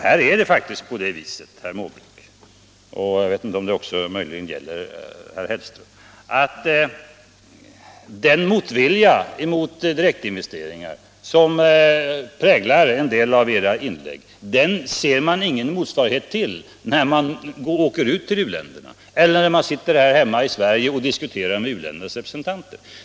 Här är det faktiskt så, herr Måbrink — jag vet inte om det också möjligen gäller herr Hellström — att den motvilja mot direktinvesteringar, som präglar en del av era inlägg, ser man ingen motsvarighet till när man åker till u-länderna, eller när man sitter här hemma i Sverige och diskuterar med u-ländernas representanter.